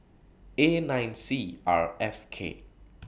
A nine C R F K